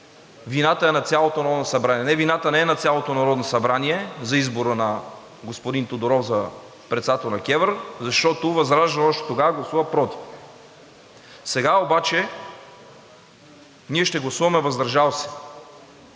вината е на цялото Народно събрание. Не, вината не е на цялото Народно събрание за избора на господин Тодоров за председател на КЕВР, защото ВЪЗРАЖДАНЕ още тогава гласува против. Сега обаче ние ще гласуваме въздържал се,